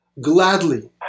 gladly